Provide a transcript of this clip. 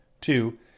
Two